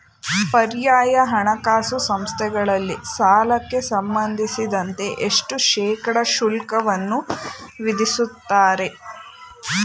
ಪರ್ಯಾಯ ಹಣಕಾಸು ಸಂಸ್ಥೆಗಳಲ್ಲಿ ಸಾಲಕ್ಕೆ ಸಂಬಂಧಿಸಿದಂತೆ ಎಷ್ಟು ಶೇಕಡಾ ಶುಲ್ಕವನ್ನು ವಿಧಿಸುತ್ತಾರೆ?